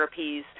therapies